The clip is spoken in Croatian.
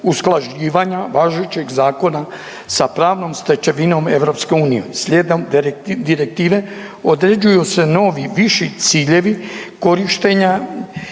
usklađivanja važećeg zakona sa pravnom stečevinom EU. Slijedom direktive određuju se novi viši ciljevi korištenja